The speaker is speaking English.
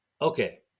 Okay